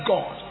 God